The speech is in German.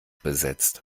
besetzt